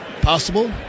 possible